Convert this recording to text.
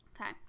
Okay